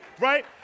right